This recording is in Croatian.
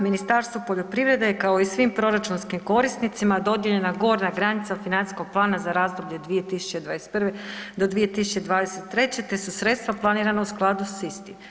Ministarstvu poljoprivrede je kao i u svim proračunskim korisnicima dodijeljena gornja granica financijskog plana za razdoblje 2021. do 2023. te se sredstva planirana u skladu s istim.